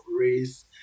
race